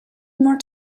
more